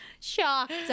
shocked